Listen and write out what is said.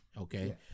okay